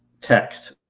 text